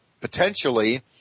potentially